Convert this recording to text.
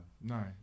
no